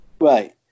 Right